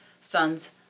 sons